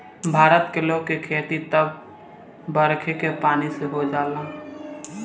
भारत के लोग के खेती त बरखे के पानी से हो जाला